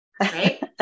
right